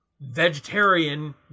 vegetarian